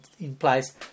implies